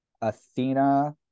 Athena